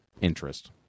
interest